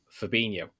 Fabinho